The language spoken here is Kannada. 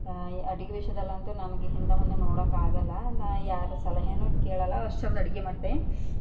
ಅಡುಗೆ ವಿಷಯದಲ್ಲಂತೂ ನನಗೆ ಹಿಂದೆ ಮುಂದೆ ನೋಡೋಕ್ಕಾಗಲ್ಲ ನಾ ಯಾರ ಸಲಹೆಯೂ ಕೇಳಲ್ಲ ಅಷ್ಟು ಚೆಂದ ಅಡುಗೆ ಮಾಡ್ತೆ